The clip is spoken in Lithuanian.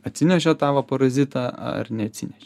atsinešė tą va parazitą ar neatsinešė